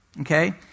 okay